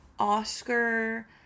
Oscar